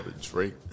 Drake